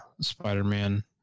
Spider-Man